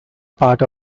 part